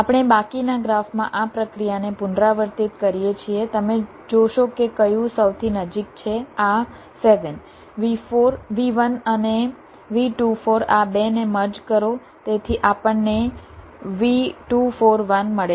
આપણે બાકીના ગ્રાફ માં આ પ્રક્રિયાને પુનરાવર્તિત કરીએ છીએ તમે જોશો કે કયું સૌથી નજીક છે આ 7 V1 અને V24 આ 2 ને મર્જ કરો તેથી આપણને V241 મળે છે